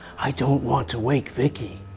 i don't want to wake vicki.